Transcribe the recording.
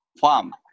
Farm